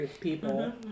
people